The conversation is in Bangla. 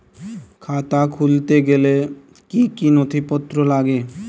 খাতা খুলতে গেলে কি কি নথিপত্র লাগে?